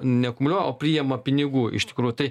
neakumuliuoja o priima pinigų iš tikrųjų tai